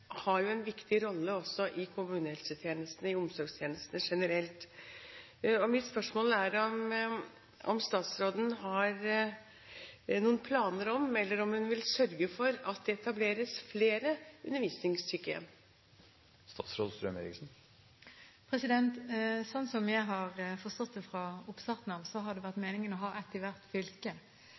i omsorgstjenester generelt. Mitt spørsmål er om statsråden har noen planer om, eller om hun vil sørge for, at det etableres flere undervisningssykehjem. Slik jeg har forstått det fra oppstarten av, har det vært meningen å ha ett i hvert fylke.